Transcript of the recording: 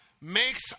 makes